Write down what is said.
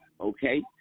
okay